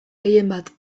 gehienbat